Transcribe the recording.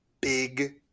big